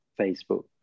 Facebook